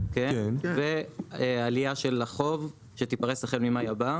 כן, ועלייה של החוב שתיפרס החל ממאי הבא.